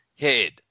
head